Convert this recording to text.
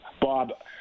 Bob